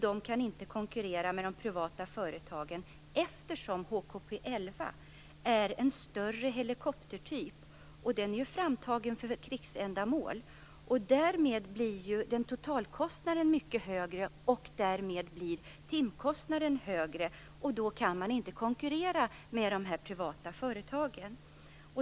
De kan inte konkurrera med de privata företagen, eftersom HKP 11 är en större helikoptertyp. Den är ju framtagen för krigsändamål. Därmed blir ju totalkostnaden mycket högre, och därmed blir timkostnaden högre. Då kan man inte konkurrera med de privata företagen.